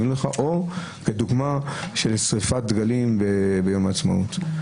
חדשות על שריפת דגלים ביום העצמאות.